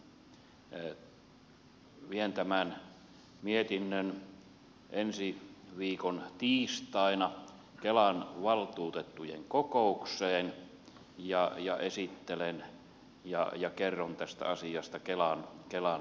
vien tämän mietinnön ensi viikon tiistaina kelan valtuutettujen ko koukseen ja esittelen ja kerron tästä asiasta kelan johdolle